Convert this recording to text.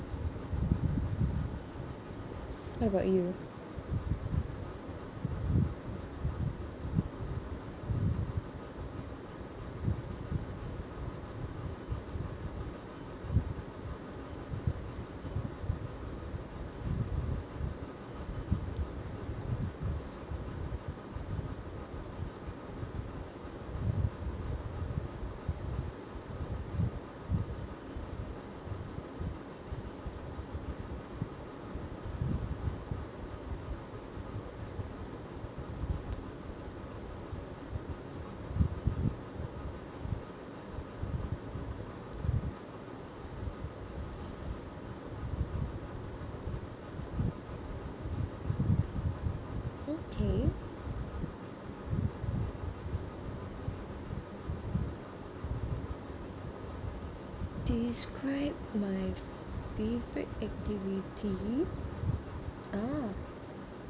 how about you okay describe my favorite activity ah